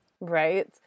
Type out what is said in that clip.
Right